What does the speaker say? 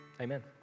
Amen